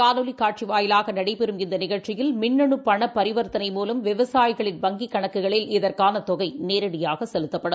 காணொலிகாட்சிவாயிலாகநடைபெறும் இந்தநிகழ்ச்சியில் மின்னனுபணப்பரிவர்த்தனை முலம் விவசாயிகளின் வங்கிகணக்குகளில் இதற்கானதொகைநேரடியாகசெலுத்தப்படும்